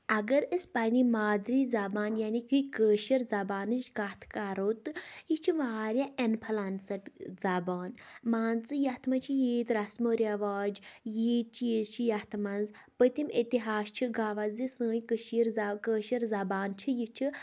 اگر أسۍ پنٛںہِ مادری زبانہِ یعنی کہِ کٲشِر زبانٕچ کَتھ کرو تہٕ یہِ چھِ واریاہ اِنفٕلَنسٕڈ زبان مان ژٕ یَتھ منٛز چھِ ییٖتۍ رَسمو رٮ۪واج ییٖتۍ چیٖز چھِ یَتھ منٛز پٔتِم اِتِحاس چھِ گَواہ زِ سٲنۍ کٔشیٖر زَ کٲشِر زبان چھِ یہِ چھِ